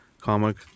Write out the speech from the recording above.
comic